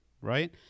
right